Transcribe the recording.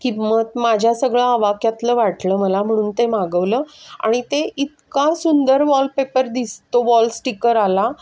किंमत माझ्या सगळं आवाक्यातलं वाटलं मला म्हणून ते मागवलं आणि ते इतका सुंदर वॉलपेपर दिसतो वॉलस्टिकर आला